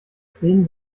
zehn